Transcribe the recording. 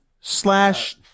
slash